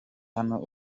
hano